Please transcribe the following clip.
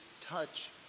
touch